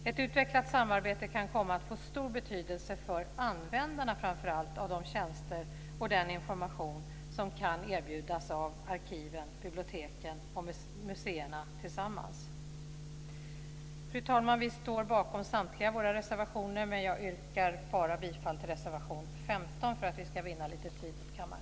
Ett utvecklat samarbete kan komma att få stor betydelse för framför allt användarna av de tjänster och den information som kan erbjudas av arkiven, biblioteken och museerna tillsammans. Fru talman! Vi står bakom samtliga våra reservationer, men jag yrkar bifall bara till reservation 15 för att vi ska vinna lite tid till kammaren.